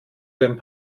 den